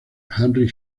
harry